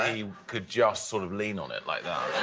and he could just sort of lean on it like that.